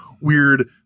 weird